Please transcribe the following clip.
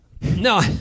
No